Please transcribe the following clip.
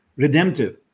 redemptive